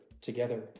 together